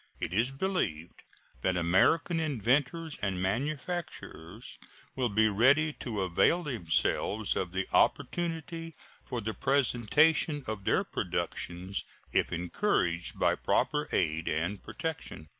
it is believed that american inventors and manufacturers will be ready to avail themselves of the opportunity for the presentation of their productions if encouraged by proper aid and protection.